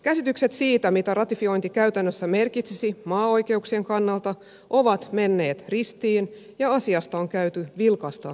käsitykset siitä mitä ratifiointi käytännössä merkitsisi maaoikeuksien kannalta ovat menneet ristiin ja asiasta on käyty vilkasta keskustelua